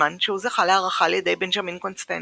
בזמן שהוא זכה להערכה על ידי בנז'מן קונסטן